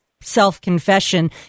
self-confession